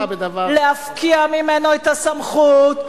להפקיע ממנו את הסמכות,